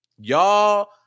y'all